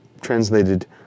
translated